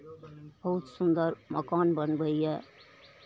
बहुत सुन्दर मकान बनबैए